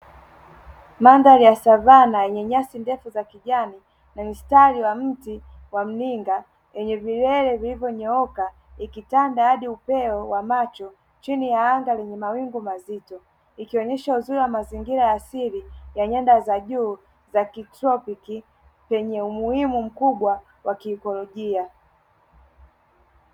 Mandhari ya savana yenye nyasi ndefu za kijani na mstari wa miti wa Mninga, yenye vilele vilivyonyooka, ikitanda hadi upeo wa macho chini ya anga lenye mawingu mazito, ikionyesha uzuri wa mazingira asili ya nyanda za juu za kitropiki, penye umuhimu mkubwa wa kiikolojia.